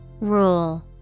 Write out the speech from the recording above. Rule